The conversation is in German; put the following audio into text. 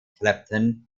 clapton